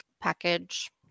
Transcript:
package